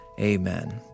amen